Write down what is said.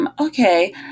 Okay